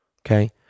okay